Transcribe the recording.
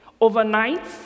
overnight